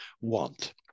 want